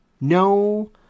no